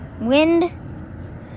Wind